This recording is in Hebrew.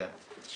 נכון.